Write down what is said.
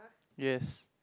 yes